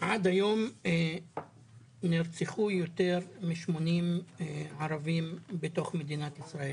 עד היום נרצחו יותר מ-80 ערבים בתוך מדינת ישראל